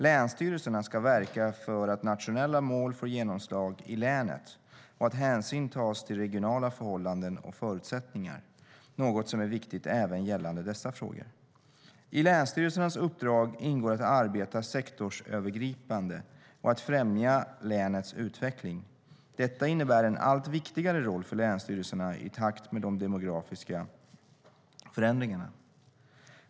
Länsstyrelserna ska verka för att nationella mål får genomslag i länet och att hänsyn tas till regionala förhållanden och förutsättningar - något som är viktigt även gällande dessa frågor. I länsstyrelsernas uppdrag ingår att arbeta sektorsövergripande och att främja länets utveckling. Detta innebär en allt viktigare roll för länsstyrelserna i takt med de demografiska förändringarna.